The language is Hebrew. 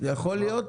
יכול להיות?